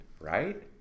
right